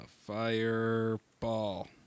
fireball